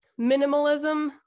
minimalism